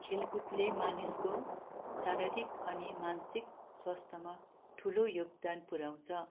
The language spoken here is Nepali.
खेलकुदले मानिसको शारीरिक अनि मानसिक स्वस्थ्यमा ठुलो योगदान पुऱ्याउँछ